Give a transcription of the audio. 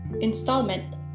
Installment